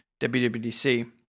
WWDC